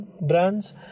brands